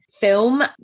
film